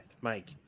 Mike